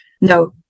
no